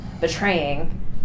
betraying